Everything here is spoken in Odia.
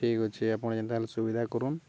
ଠିକ୍ ଅଛି ଆପଣ ଯେନ୍ତା ହେଲେ ସୁବିଧା କରନ୍